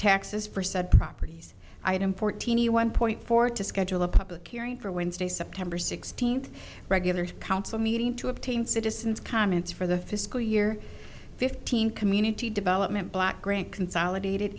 taxes for said properties i am fortini one point four to schedule a public hearing for wednesday september sixteenth regular council meeting to obtain citizens comments for the fiscal year fifteen community development block grant consolidated